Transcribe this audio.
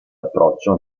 approccio